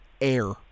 air